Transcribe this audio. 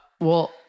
Well-